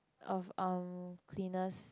of um cleaners